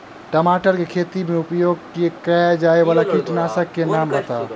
टमाटर केँ खेती मे उपयोग की जायवला कीटनासक कऽ नाम बताऊ?